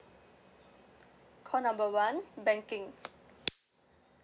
call number one banking